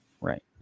right